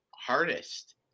hardest